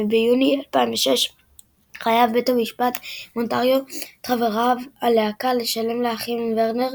וביוני 2006 חייב בית המשפט באונטריו את חברי הלהקה לשלם לאחים וורנר